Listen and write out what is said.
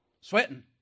Sweating